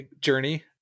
journey